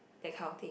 that kind of thing